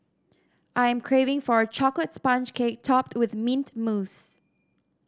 I am craving for a chocolate sponge cake topped with mint mousse